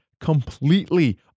completely